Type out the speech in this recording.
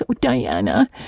Diana